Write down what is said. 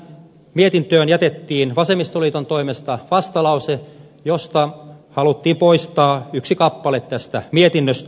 mietintöön jätettiin vasemmistoliiton toimesta vastalause jossa haluttiin poistaa yksi kappale tästä mietinnöstä